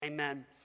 Amen